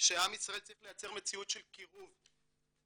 שעם ישראל צריך לייצר מציאות של קירוב ופשרות,